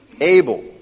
Abel